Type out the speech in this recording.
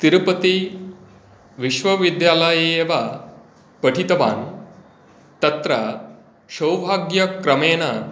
तिरुपति विश्वविद्यालये एव पठितवान् तत्र सौभाग्यक्रमेण